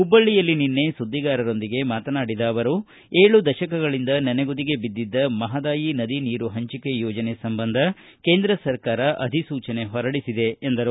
ಹುಬ್ಲಳ್ಳಿಯಲ್ಲಿ ನಿನ್ನೆ ಸುದ್ದಿಗಾರರೊಂದಿಗೆ ಮಾತನಾಡಿದ ಅವರು ಏಳು ದಶಕಗಳಿಂದ ನನೆಗುದಿಗೆ ಬಿದ್ಧಿದ ಮಹಾದಾಯಿ ನದಿ ನೀರು ಹಂಚಿಕೆ ಯೋಜನೆ ಸಂಬಂಧ ಕೇಂದ್ರ ಸರ್ಕಾರ ಅಧಿಸೂಚನೆ ಹೊರಡಿಸಿದೆ ಎಂದರು